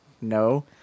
No